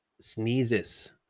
sneezes